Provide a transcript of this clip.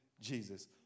Jesus